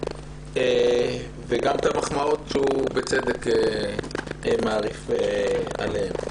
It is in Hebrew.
וגם למחמאות שהוא בצדק מרעיף עליהן.